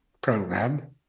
program